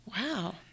Wow